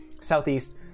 Southeast